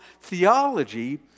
theology